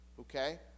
okay